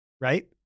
right